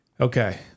okay